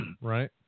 Right